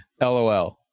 LOL